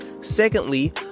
secondly